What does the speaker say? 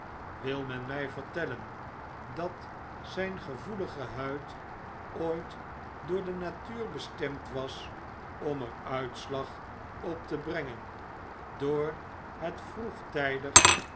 ooit door de natuur bestemd was om er uitslag op te brengen door het vroegtgdig